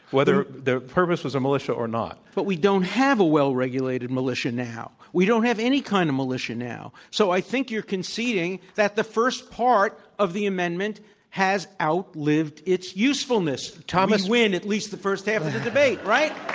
whether their purpose was a militia or not. but we don't have a well-regulated militia now. we don't have any kind of militia now. so i think you're conceding that the first part of the amendment has outlived its usefulness. we um win at least the first half of the debate, right?